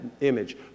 image